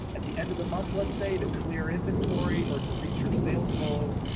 at the end of the month, let's say to clear inventory or to reach your sales goals,